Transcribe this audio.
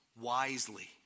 wisely